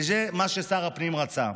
כי זה מה ששר הפנים רצה,